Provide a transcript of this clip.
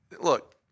look